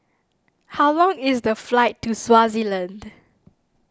how long is the flight to Swaziland